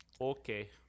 Okay